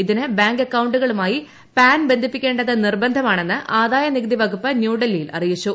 ഇതിന് ബാങ്ക് അക്കൌണ്ടുകളുമായി പാൻ ബന്ധിപ്പിക്കേണ്ടത് നിർബന്ധമാണെന്നും ആദായനികുതി വകുപ്പ് ന്യൂഡൽഹിയിൽ അറിയിച്ചു